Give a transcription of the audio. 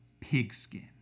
pigskin